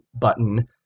button